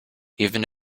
even